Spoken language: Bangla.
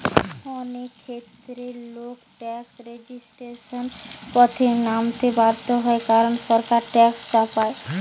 অনেক ক্ষেত্রে লোক ট্যাক্স রেজিস্ট্যান্সের পথে নামতে বাধ্য হয় কারণ সরকার ট্যাক্স চাপায়